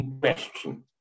question